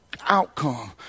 outcome